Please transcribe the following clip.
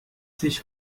sich